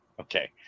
okay